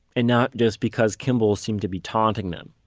and not just because kimball seemed to be taunting them.